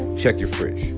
check your fridge.